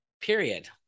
Period